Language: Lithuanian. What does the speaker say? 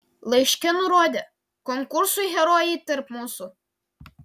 laiške nurodė konkursui herojai tarp mūsų